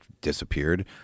disappeared